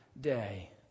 day